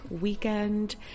weekend